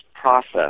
process